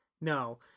No